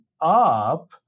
up